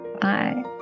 Bye